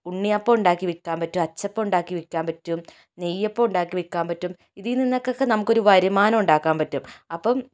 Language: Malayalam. ഉണ്ണിയപ്പം ഉണ്ടാക്കി വിക്കാൻ പറ്റും അച്ചപ്പം ഉണ്ടാക്കി വിക്കാൻ പറ്റും നെയ്യപ്പം ഉണ്ടാക്കി വിക്കാൻ പറ്റും ഇതിൽ നിന്നൊക്കെ നമുക്ക് ഒരു വരുമാനം ഉണ്ടാക്കാൻ പറ്റും അപ്പം